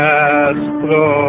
Castro